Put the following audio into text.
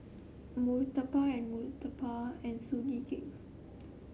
murtabak and murtabak and Sugee Cake